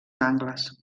angles